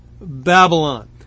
Babylon